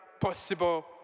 possible